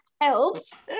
helps